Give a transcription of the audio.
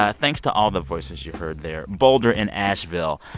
ah thanks to all the voices you heard there boulder in asheville,